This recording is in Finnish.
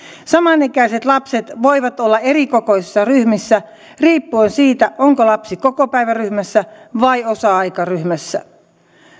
samanikäiset lapset voivat olla erikokoisissa ryhmissä riippuen siitä onko lapsi kokopäiväryhmässä vai osa aikaryhmässä